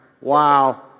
wow